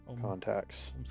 contacts